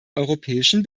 europäischen